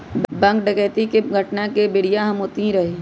bank डकैती के घटना के बेरिया हम ओतही रही